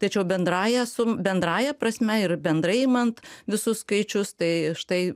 tačiau bendrąja sum bendrąja prasme ir bendrai imant visus skaičius tai štai